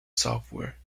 software